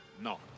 No